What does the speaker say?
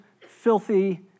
filthy